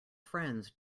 friends